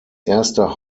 erste